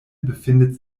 befindet